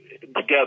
together